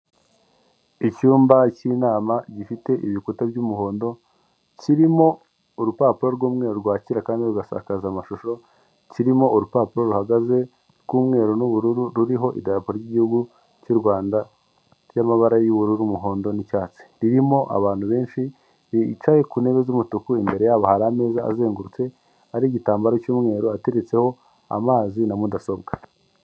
Icyumba cy'inama gifite ibikuta by'umuhondo kirimo urupapuro rw'umweru rwakira kandi rugasakaza amashusho, kirimo urupapuro ruhagaze rw'umweru n'ubururu ruriho idarapo ry'igihugu cy'u Rwanda ry'amabara y'ubururu, umuhondo n'icyatsi ririmo abantu benshi bicaye ku ntebe z'umutuku imbere yabo hari ameza azengurutse ari igitambaro cy'umweru ateretseho amazi na mudasobwa.